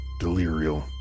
delirial